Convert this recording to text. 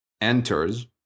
enters